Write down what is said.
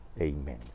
Amen